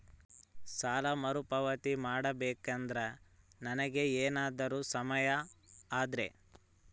ಸಾಲ ಮರುಪಾವತಿ ಮಾಡಬೇಕಂದ್ರ ನನಗೆ ಏನಾದರೂ ಸಮಸ್ಯೆ ಆದರೆ?